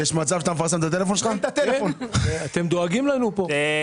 אתם דואגים לנו כאן.